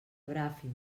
bràfim